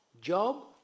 job